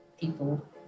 people